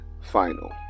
final